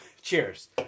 Cheers